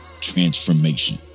transformation